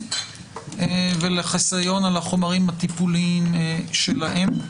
ולחיסיון על החומרים הטיפוליים שלהם.